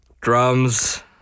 Drums